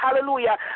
hallelujah